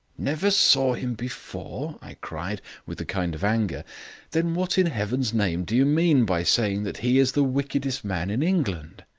never saw him before! i cried, with a kind of anger then what in heaven's name do you mean by saying that he is the wickedest man in england?